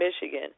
Michigan